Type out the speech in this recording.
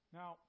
now